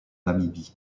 namibie